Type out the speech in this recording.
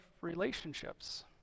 relationships